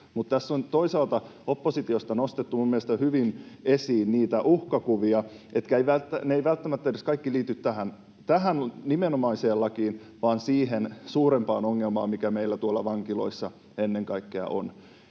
Tässä on toisaalta oppositiosta nostettu minun mielestäni hyvin esiin niitä uhkakuvia. Ne eivät välttämättä edes kaikki liity tähän nimenomaiseen lakiin, vaan siihen suurempaan ongelmaan, mikä meillä tuolla vankiloissa ennen kaikkea on.